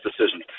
decision